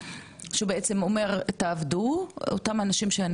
אותם אנשים לדעתי צריך לפתור אותם מניכויים,